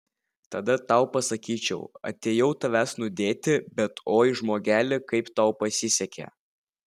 tada tau pasakyčiau atėjau tavęs nudėti bet oi žmogeli kaip tau pasisekė